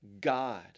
god